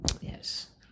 yes